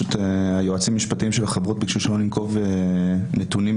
היועצים המשפטיים של החברות ביקשו שלא ננקוב ממש בנתונים,